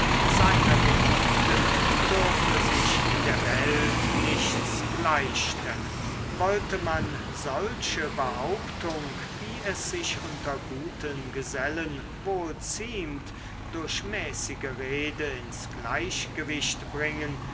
seiner geliebten dürfe sich in der welt nichts gleichstellen wollte man solche behauptung wie es sich unter guten gesellen wohl ziemt durch mäßige rede ins gleichgewicht bringen